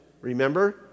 Remember